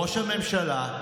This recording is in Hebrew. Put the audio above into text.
ראש הממשלה,